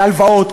מהלוואות,